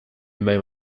même